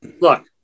look